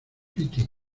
piti